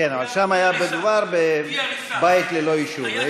כן, אבל שם היה מדובר בבית ללא אישור.